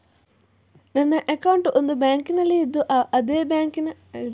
ನನ್ನ ಅಕೌಂಟ್ ಒಂದು ಬ್ಯಾಂಕಿನಲ್ಲಿ ಇದ್ದು ಅದೇ ಬ್ಯಾಂಕಿನ ಬೇರೆ ಶಾಖೆಗಳಲ್ಲಿ ಠೇವಣಿ ಇಡಬಹುದಾ?